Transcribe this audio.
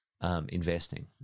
Investing